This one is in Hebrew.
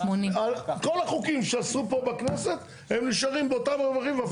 כל החוקים שעשו פה בכנסת הם נשארים באותם רווחים ואפילו יותר?